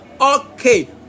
Okay